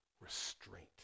restraint